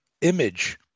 image